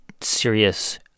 serious